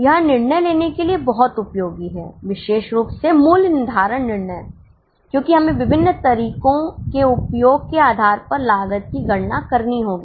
यह निर्णय लेने के लिए बहुत उपयोगी है विशेष रूप से मूल्य निर्धारण निर्णय क्योंकि हमें विभिन्न तरीकों के उपयोग के आधार पर लागत की गणना करनी होगी